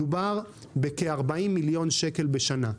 מדובר בכ-40 מיליון שקל בשנה,